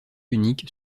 unique